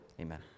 amen